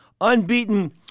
Unbeaten